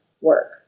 work